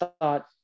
thought